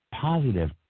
Positive